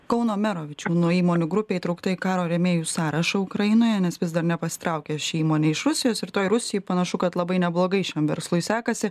kauno mero vičiūnų įmonių grupė įtraukta į karo rėmėjų sąrašą ukrainoje nes vis dar nepasitraukė ši įmonė iš rusijos ir toj rusijoj panašu kad labai neblogai šiam verslui sekasi